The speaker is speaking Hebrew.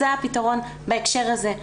זה הפתרון בהקשר הזה.